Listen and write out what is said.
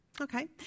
Okay